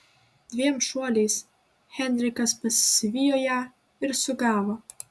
dviem šuoliais henrikas pasivijo ją ir sugavo